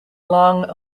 long